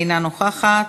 אינה נוכחת,